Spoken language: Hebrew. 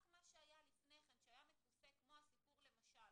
רק מה שהיה לפני כן, שהיה מכוסה, כמו הסיפור למשל